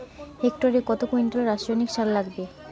হেক্টরে কত কুইন্টাল রাসায়নিক সার লাগবে?